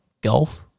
golf